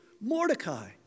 Mordecai